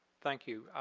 thank you,